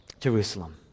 Jerusalem